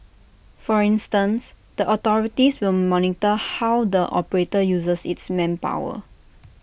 for instance the authorities will monitor how the operator uses its manpower